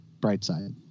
brightside